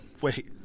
wait